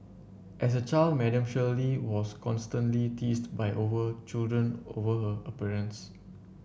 as a child Madam Shirley was constantly teased by over children over her appearance